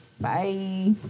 bye